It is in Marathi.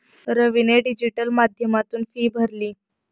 रवीने डिजिटल माध्यमातून फी भरली